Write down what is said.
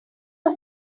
are